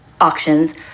auctions